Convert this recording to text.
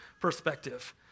perspective